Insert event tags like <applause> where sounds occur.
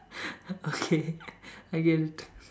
<laughs> okay I get it